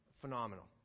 Phenomenal